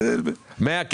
דימונה,